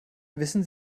wissen